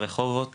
גם ברחובות